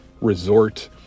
resort